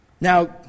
Now